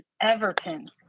Everton